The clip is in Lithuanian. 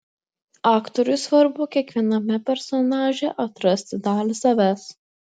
aktoriui svarbu kiekviename personaže atrasti dalį savęs